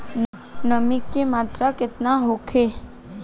नमी के मात्रा केतना होखे?